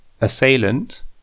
Assailant